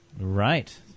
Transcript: Right